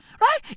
right